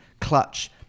clutch